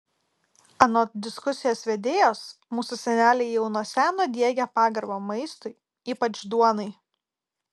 anot diskusijos vedėjos mūsų seneliai jau nuo seno diegė pagarbą maistui ypač duonai